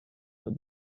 but